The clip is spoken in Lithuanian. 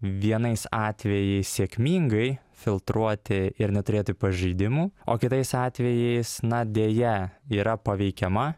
vienais atvejais sėkmingai filtruoti ir neturėti pažeidimų o kitais atvejais na deja yra paveikiama